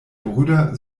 brüder